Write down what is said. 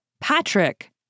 Patrick